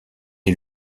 est